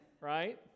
Right